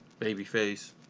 babyface